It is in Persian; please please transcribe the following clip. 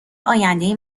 آینده